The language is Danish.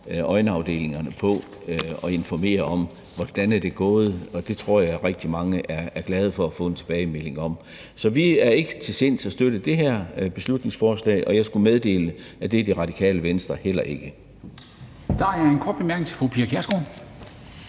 øjenafdelingerne kan informere om, hvordan det er gået. Det tror jeg rigtig mange er glade for at få en tilbagemelding om. Så vi er ikke til sinds at støtte det her beslutningsforslag, og jeg skulle meddele, at det er Det Radikale Venstre heller ikke. Kl. 10:43 Formanden (Henrik Dam